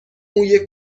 موی